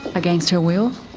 against her will?